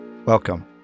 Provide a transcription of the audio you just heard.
Welcome